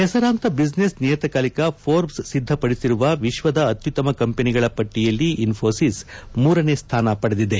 ಹೆಸರಾಂತ ಬಿಸಿನೆಸ್ ನಿಯತಕಾಲಿಕ ಫೋರ್ಬ್ಸ್ ಸಿದ್ದಪದಿಸಿರುವ ವಿಶ್ವದ ಅತ್ಯುತ್ತಮ ಕಂಪನಿಗಳ ಪಟ್ಟಿಯಲ್ಲಿ ಇನ್ಪೋಸಿಸ್ ಮೂರನೇ ಸ್ಥಾನ ಪಡೆದಿದೆ